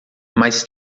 mas